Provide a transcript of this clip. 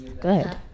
good